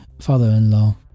father-in-law